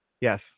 Yes